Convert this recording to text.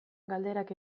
galderak